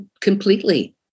completely